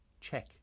check